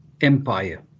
empire